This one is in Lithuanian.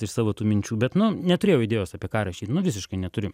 iš savo tų minčių bet nu neturėjau idėjos apie ką rašyt nu visiškai neturiu